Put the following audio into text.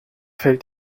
fällt